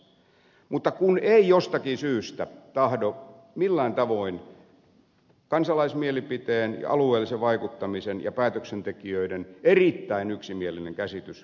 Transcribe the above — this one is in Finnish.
mutta ei jostakin syystä tahdo millään tavoin kansalaismielipiteen ja alueellisen vaikuttamisen ja päätöksentekijöiden erittäin yksimielinen käsitys tulla perille